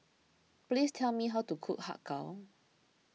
please tell me how to cook Har Kow